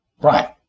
Right